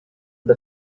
der